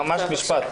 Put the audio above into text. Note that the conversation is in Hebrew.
ממש משפט.